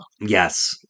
Yes